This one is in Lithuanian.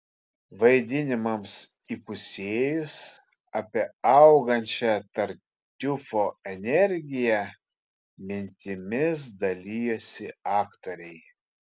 vaidinimams įpusėjus apie augančią tartiufo energiją mintimis dalijosi aktoriai